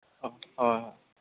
ᱦᱳᱭ